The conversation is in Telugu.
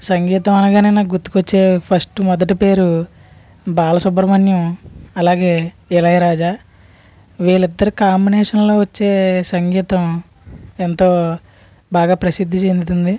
సంగీతం అనగానే నాకు గుర్తుకు వచ్చే ఫస్ట్ మొదటి పేరు బాలసుబ్రమణ్యం అలాగే ఇళయరాజా వీళ్ళ ఇద్దరి కాంబినేషన్లో వచ్చే సంగీతం ఎంతో బాగా ప్రసిద్ధి చెందుతుంది